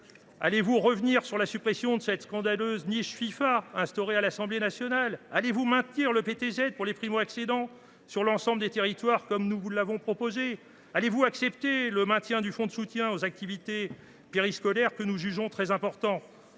Allez vous revenir sur la suppression de cette scandaleuse niche fiscale pour la Fifa, instaurée à l’Assemblée nationale ? Allez vous maintenir le PTZ pour les primo accédants sur l’ensemble des territoires, comme nous vous l’avons proposé ? Allez vous accepter le maintien du fonds de soutien aux activités périscolaires, que nous jugeons très important ?